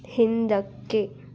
ಹಿಂದಕ್ಕೆ